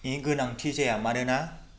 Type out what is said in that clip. नि गोनांथि जाया मानोना